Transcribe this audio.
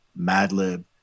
Madlib